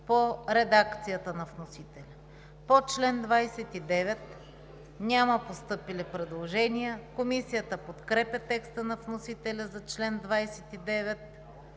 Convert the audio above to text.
по редакцията на вносителя. По чл. 29 няма постъпили предложения. Комисията подкрепя текста на вносителя за чл. 29